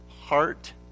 heart